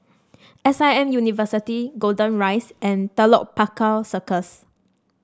S I M University Golden Rise and Telok Paku Circus